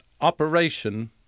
operation